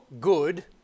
good